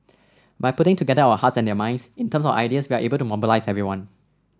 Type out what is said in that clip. by putting together our hearts and their minds in terms of ideas we are able to mobilise everyone